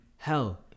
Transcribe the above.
Hell